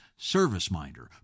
ServiceMinder